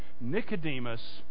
Nicodemus